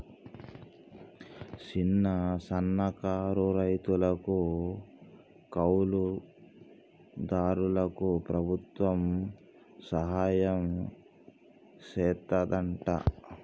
సిన్న, సన్నకారు రైతులకు, కౌలు దారులకు ప్రభుత్వం సహాయం సెత్తాదంట